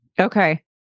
Okay